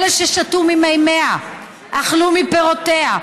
אלה ששתו ממימיה, אכלו מפירותיה,